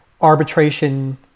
arbitration